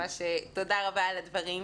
תודה רבה על הדברים.